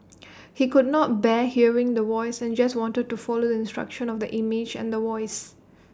he could not bear hearing The Voice and just wanted to follow the instructions of the image and The Voice